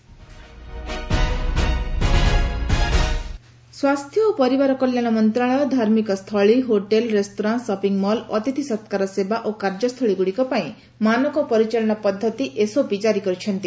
SOP କାରି ସ୍ୱାସ୍ଥ୍ୟ ଓ ପରିବାର କଲ୍ୟାଣ ମନ୍ତ୍ରଣାଳୟ ଧାର୍ମକ ସ୍ଥଳୀ ହୋଟେଲ ରେସ୍ଟୁରାଁ ସଫି ମଲ୍ ଅତିଥି ସକ୍କାର ସେବା ଓ କାର୍ଯ୍ୟସ୍ଥଳୀ ଗୁଡ଼ିକ ପାଇଁ ମାନକ ପରିଚାଳନା ପଦ୍ଧତି ଏସ୍ଓପି ଜାରି କରିଛନ୍ତି